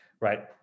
right